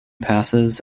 passes